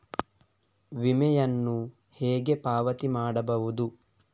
ವಿಮೆಯನ್ನು ಹೇಗೆ ಪಾವತಿ ಮಾಡಬಹುದು?